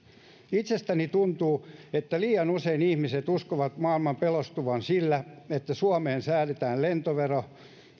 itsestäni tuntuu että liian usein ihmiset uskovat maailman pelastuvan sillä että suomeen säädetään lentovero ja lihavero